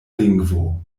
lingvo